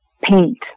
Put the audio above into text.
paint